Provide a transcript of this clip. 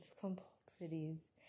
complexities